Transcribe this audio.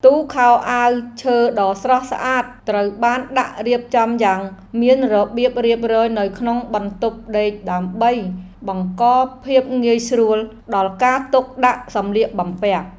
ទូខោអាវឈើដ៏ស្រស់ស្អាតត្រូវបានដាក់រៀបចំយ៉ាងមានរបៀបរៀបរយនៅក្នុងបន្ទប់ដេកដើម្បីបង្កភាពងាយស្រួលដល់ការទុកដាក់សម្លៀកបំពាក់។